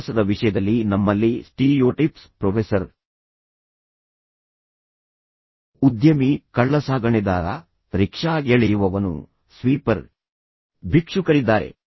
ಕೆಲಸದ ವಿಷಯದಲ್ಲಿ ನಮ್ಮಲ್ಲಿ ಸ್ಟೀರಿಯೊಟೈಪ್ಸ್ ಪ್ರೊಫೆಸರ್ ಉದ್ಯಮಿ ಕಳ್ಳಸಾಗಣೆದಾರ ರಿಕ್ಷಾ ಎಳೆಯುವವನು ಸ್ವೀಪರ್ ಭಿಕ್ಷುಕರಿದ್ದಾರೆ